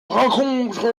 rencontre